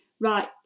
right